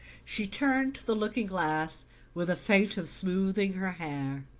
she turned to the looking-glass with a feint of smoothing her hair.